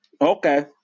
Okay